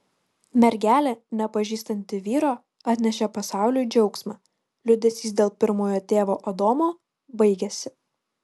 mergelė nepažįstanti vyro atnešė pasauliui džiaugsmą liūdesys dėl pirmojo tėvo adomo baigėsi